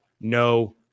no